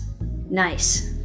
nice